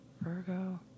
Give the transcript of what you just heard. Virgo